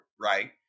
right